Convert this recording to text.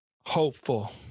hopeful